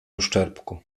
uszczerbku